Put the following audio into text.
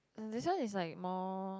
and this one is like more